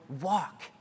walk